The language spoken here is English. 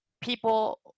people –